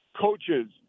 coaches